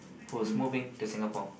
who's moving to Singapore